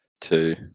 two